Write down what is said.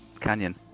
canyon